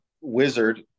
wizard